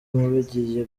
bagiye